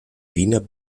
wiener